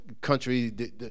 country